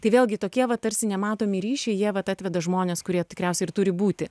tai vėlgi tokie tarsi nematomi ryšiai jie vat atveda žmones kurie tikriausiai ir turi būti